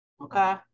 Okay